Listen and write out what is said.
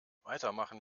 weitermachen